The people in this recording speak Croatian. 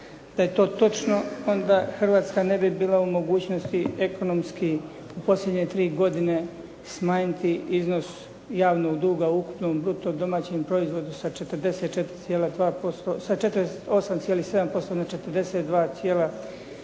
Da je to točno, ona Hrvatska ne bi bila u mogućnosti ekonomski u posljednje tri godine smanjiti iznos javnog duga u ukupnom bruto domaćem proizvodu sa 48,7% na 42,2%